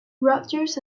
rodgers